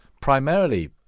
primarily